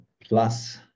plus